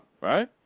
right